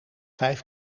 vijf